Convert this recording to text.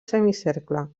semicercle